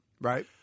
Right